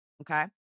okay